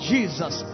Jesus